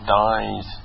dies